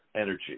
energy